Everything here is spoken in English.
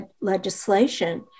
legislation